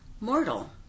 Mortal